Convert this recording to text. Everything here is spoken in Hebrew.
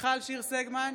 מיכל שיר סגמן,